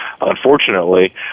Unfortunately